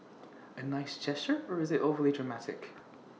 A nice gesture or is IT overly dramatic